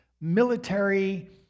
military